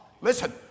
Listen